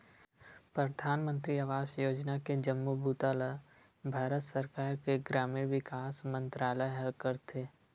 परधानमंतरी आवास योजना के जम्मो बूता ल भारत सरकार के ग्रामीण विकास मंतरालय ह करथे